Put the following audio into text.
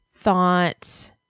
Thought